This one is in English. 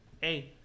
hey